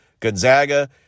Gonzaga